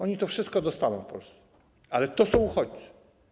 Oni to wszystko dostaną w Polsce, ale to są uchodźcy.